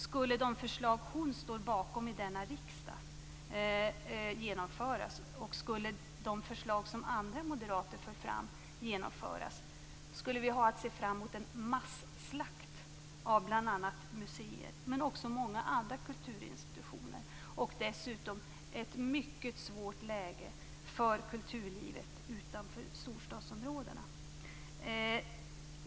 Skulle de förslag hon står bakom i denna riksdag genomföras och skulle de förslag som andra moderater för fram genomföras skulle vi ha att se fram emot en masslakt av bl.a. museer men också många andra kulturinstitutioner. Dessutom skulle vi få ett mycket svårt läge för kulturlivet utanför storstadsområdena.